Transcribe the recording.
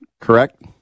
correct